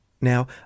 Now